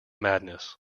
madness